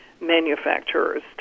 manufacturer's